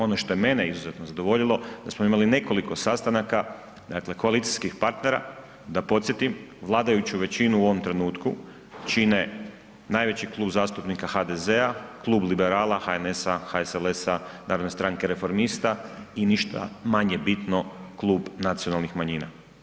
Ono što je mene izuzetno zadovoljilo da smo imali nekoliko sastanaka, dakle koalicijskih partnera da podsjetim vladajuću većinu u ovom trenutku čine najveći Klub zastupnika HDZ-a, Klub liberala HNS-a, HSLS-a, Narodne stranke – reformista i ništa manje bitno Klub nacionalnih manjina.